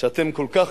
שאתם כל כך,